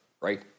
right